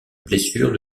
blessures